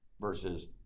versus